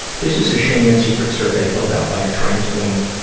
this is a shame and secret survey filled out by a trans woman, ah,